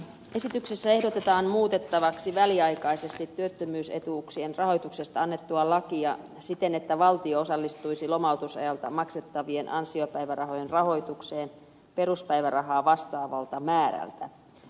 esityksessä ehdotetaan muutettavaksi väliaikaisesti työttömyysetuuksien rahoituksesta annettua lakia siten että valtio osallistuisi lomautusajalta maksettavien ansiopäivärahojen rahoitukseen peruspäivärahaa vastaavalta määrältä